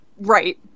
Right